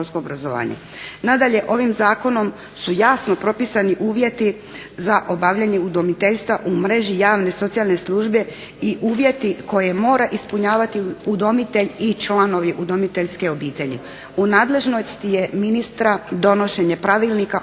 Nadalje, ovim zakonom su jasno propisani uvjeti za obavljanje udomiteljstva u mreži javne socijalne službe i uvjeti koje mora ispunjavati udomitelj i članovi udomiteljske obitelji. U nadležnosti je ministra donošenje pravilnika o